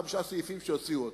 חמישה סעיפים שהוציאו אותם,